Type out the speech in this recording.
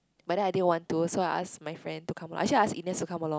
but then I didn't want to so I ask my friend to come actually I ask Ernest to come along